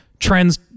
Trends